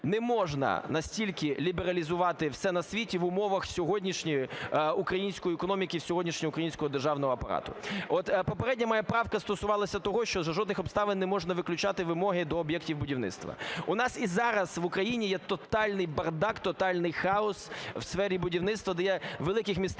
Не можна настільки лібералізувати все на світі в умовах сьогоднішньої української економіки, сьогоднішнього українського державного апарату. От попередня моя правка стосувалася того, що за жодних обставин не можна виключати вимоги до об'єктів будівництва. У нас і зараз в Україні є тотальний бардак, тотальний хаос у сфері будівництва, де є у великих містах